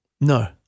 No